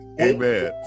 Amen